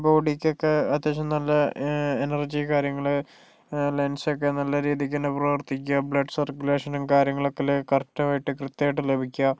ബോഡീക്കൊക്കേ അത്യാവശ്യം നല്ല എനർജി കാര്യങ്ങള് ലങ്സൊക്കെ നല്ല രീതിക്ക് തന്നെ പ്രവർത്തിക്കുക ബ്ലഡ് സർക്കുലേഷനും കാര്യങ്ങളൊക്കെ കറക്റ്റ് ആയിട്ട് കൃത്യായിട്ട് ലഭിക്കുക